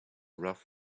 rough